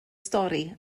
stori